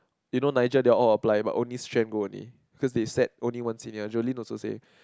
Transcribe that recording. you know Niegal they all apply but only Xuan go only cause the said one senior only Jolin also say